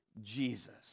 Jesus